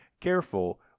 careful